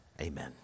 amen